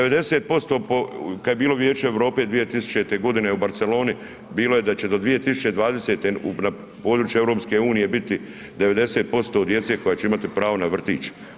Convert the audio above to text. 90% kada je bilo u Vijeću Europe 2000. u Barceloni bilo je da će do 2020. na području EU biti 90% djece koja će imati pravo na vrtić.